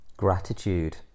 gratitude